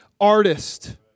artist